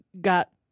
got